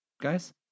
guys